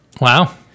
wow